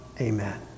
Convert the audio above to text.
Amen